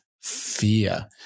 fear